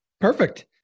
Perfect